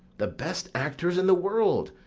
the best actors in the world,